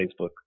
Facebook